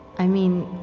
i mean,